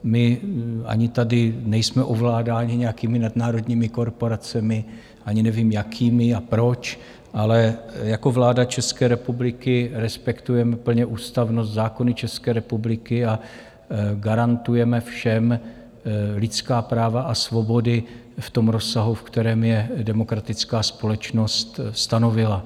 My ani tady nejsme ovládáni nějakými nadnárodními korporacemi, ani nevím, jakými a proč, ale jako vláda České republiky respektujeme plně ústavnost, zákony České republiky a garantujeme všem lidská práva a svobody v tom rozsahu, v kterém je demokratická společnost stanovila.